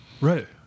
right